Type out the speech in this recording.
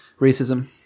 racism